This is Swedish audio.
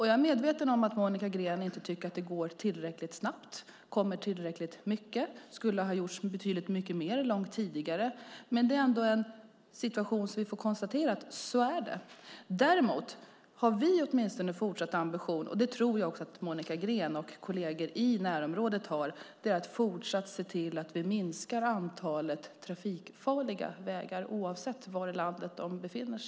Jag är medveten om att Monica Green tycker att det inte går tillräckligt snabbt och inte kommer tillräckligt mycket, att det skulle ha gjorts betydligt mycket mer långt tidigare, men vi får konstatera att sådan är situationen. Däremot har vi en fortsatt ambition - och det tror jag att även Monica Green och kolleger i närområdet har - att minska antalet trafikfarliga vägar, oavsett var i landet de finns.